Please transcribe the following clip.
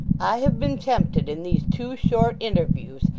i have been tempted in these two short interviews,